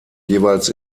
jeweils